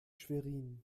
schwerin